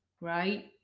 right